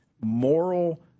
moral